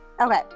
Okay